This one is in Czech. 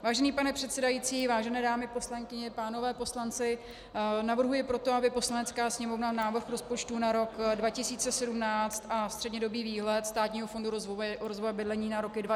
Vážený pane předsedající, vážené dámy poslankyně, pánové poslanci, navrhuji proto, aby Poslanecká sněmovna návrh rozpočtu na rok 2017 a střednědobý výhled Státního fondu rozvoje bydlení na roky 2018 a 2019 schválila.